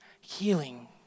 healing